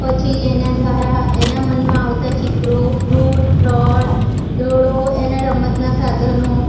પછી એનાં દ્વારા એનાં મનમાં આવતાં ચિત્રો ફ્રૂટ ફળ દડો એનાં રમતનાં સાધનો